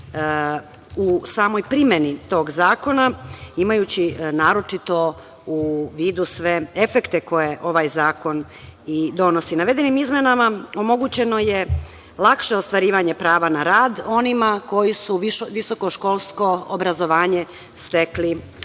u samoj primeni tog zakona, imajući naročito u vidu sve efekte koje ovaj zakon i donosi. Navedenim izmenama omogućeno je lakše ostvarivanje prava na rad onima koji su visokoškolsko obrazovanje stekli u